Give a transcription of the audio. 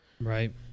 Right